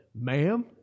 ma'am